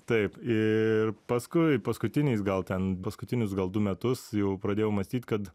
taip ir paskui paskutiniais gal ten paskutinius gal du metus jau pradėjau mąstyt kad